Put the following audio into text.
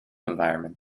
environment